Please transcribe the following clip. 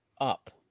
up